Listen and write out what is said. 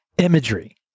Imagery